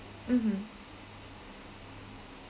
mmhmm